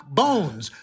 bones